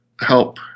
help